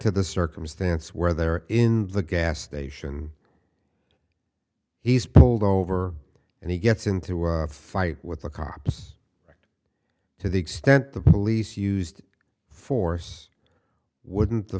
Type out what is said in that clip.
to the circumstance where they're in the gas station he's pulled over and he gets into a fight with the cops to the extent the police used force wouldn't the